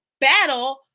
battle